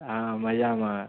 હા મજામાં